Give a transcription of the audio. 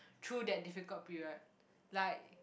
through that difficult period like